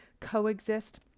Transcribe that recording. coexist